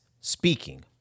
speaking